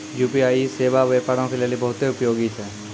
UPI सेबा व्यापारो के लेली बहुते उपयोगी छै